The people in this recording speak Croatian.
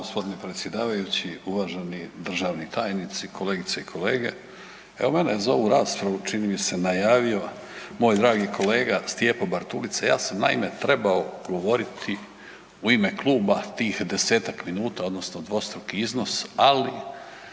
Hvala g. predsjedavajući, uvaženi državni tajnici, kolegice i kolege. Evo mene je za ovu raspravu čini mi se najavio moj dragi kolega Stjepo Bartulica. Ja sam naime trebao govoriti u ime kluba tih 10-tak minuta odnosno dvostruki iznos, ali